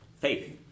Faith